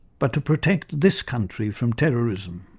but to protect this country from terrorism.